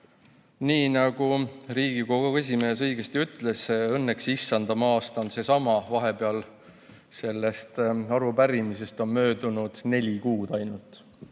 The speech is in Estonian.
Nii nagu Riigikogu esimees õigesti ütles, õnneks issanda aasta on seesama, vahepeal on sellest arupärimisest möödunud ainult